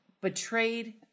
betrayed